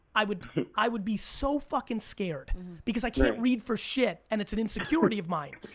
i would i would be so fucking scared because i can't read for shit, and it's an insecurity of mine.